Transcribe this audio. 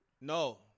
No